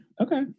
Okay